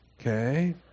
Okay